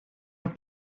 een